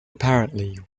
apparently